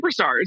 superstars